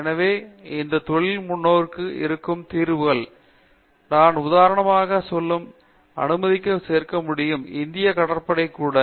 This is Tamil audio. எனவே இந்த தொழில் முன்னோக்கு இருக்கும் தீர்வுகள் நான் உதாரணமாக சொல்ல அனுமதிக்க சேர்க்க முடியும் இந்திய கடற்படை கூட